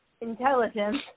intelligence